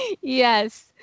Yes